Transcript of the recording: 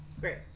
Great